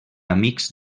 amics